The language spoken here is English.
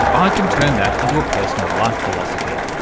i can turn that into a personal life philosophy.